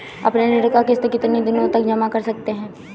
अपनी ऋण का किश्त कितनी दिनों तक जमा कर सकते हैं?